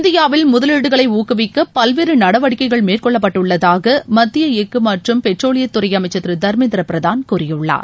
இந்தியாவில் முதலீடுகளை ஊக்குவிக்க பல்வேறு நடிவடிக்கைகள் மேற்கொள்ளப்பட்டுள்ளதாக மத்திய எஃகு மற்றும் பெட்ரோலியத்துறை அமைச்சர் திரு தர்மேந்திர பிரதான் கூறியுள்ளார்